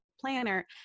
planner